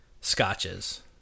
scotches